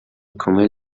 کمیل